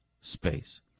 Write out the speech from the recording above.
Space